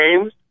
games